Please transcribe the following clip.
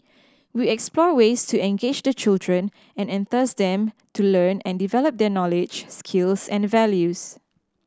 we explore ways to engage the children and enthuse them to learn and develop their knowledge skills and values